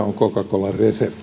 on coca colan resepti